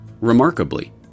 remarkably